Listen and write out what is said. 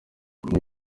uyu